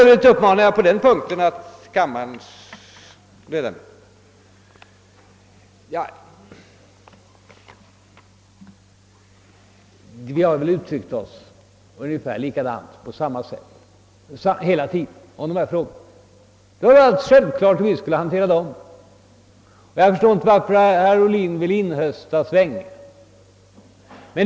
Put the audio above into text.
Vi har uttryckt oss ungefär på samma sätt hela tiden beträffande dessa frågor. Det var alldeles självklart hur vi skulle hantera dem. Jag förstår inte varför herr Ohlin vill söka inregistrera svängningar.